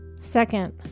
Second